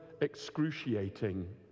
excruciating